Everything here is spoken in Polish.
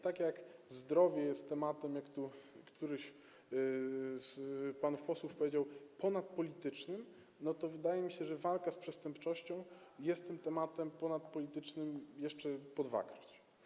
Tak jak zdrowie jest tematem, jak tu któryś z panów posłów powiedział, ponadpolitycznym, tak wydaje mi się, że walka z przestępczością jest tym tematem ponadpolitycznym po dwakroć.